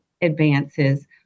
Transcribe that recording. advances